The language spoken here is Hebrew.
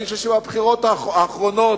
אני חושב שבבחירות האחרונות,